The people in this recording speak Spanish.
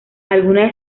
algunas